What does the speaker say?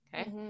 Okay